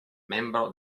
membro